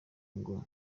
ngo